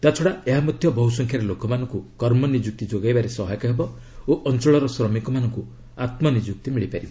ତାଛଡ଼ା ଏହା ମଧ୍ୟ ବହୁସଂଖ୍ୟାରେ ଲୋକମାନଙ୍କୁ କର୍ମନିଯୁକ୍ତି ଯୋଗାଇବାରେ ସହାୟକ ହେବ ଓ ଅଞ୍ଚଳର ଶ୍ରମିକମାନଙ୍କୁ ଆତ୍ମନିଯୁକ୍ତି ମିଳିପାରିବ